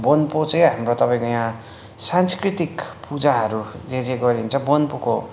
बोन्पो चाहिँ हाम्रो तपाईँ यहाँ सांस्कृतिक पूजाहरू जे जे गरिन्छ बोन्पोको